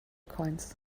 coins